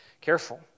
Careful